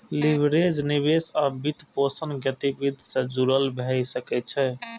leverage निवेश आ वित्तपोषण गतिविधि सं जुड़ल भए सकै छै